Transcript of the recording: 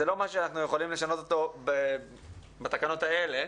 זה לא משהו שאנחנו יכולים לשנות אותו בתקנות האלה,